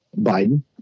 Biden